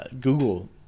Google